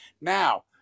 Now